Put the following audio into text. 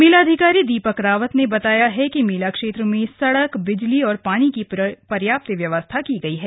मेलाधिकारी दीवक रावत ने बताया है कि मेलाक्षेत्र में सड़क बिजली और पानी की पर्याप्त व्यवस्था की गई है